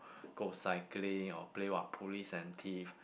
go cycling or play what police and thief